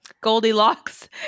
Goldilocks